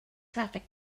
traffic